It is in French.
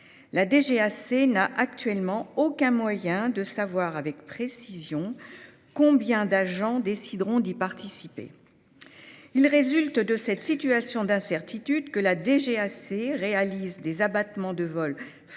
La DGAC n'a actuellement aucun moyen de savoir avec précision combien d'agents décideront d'y participer. Il résulte de cette situation d'incertitude que les abattements de vols